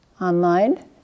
online